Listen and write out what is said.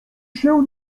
się